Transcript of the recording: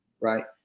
right